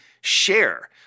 Share